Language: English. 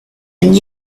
and